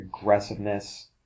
aggressiveness